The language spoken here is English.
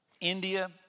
India